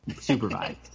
Supervised